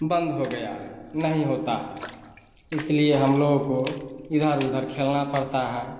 बंद हो गया है नहीं होता है इसलिए हम लोग को इधर उधर खेलना पड़ता है